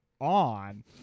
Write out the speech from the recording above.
on